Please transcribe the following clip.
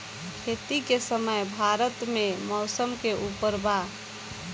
खेती के समय भारत मे मौसम के उपर बा